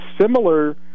similar